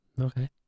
Okay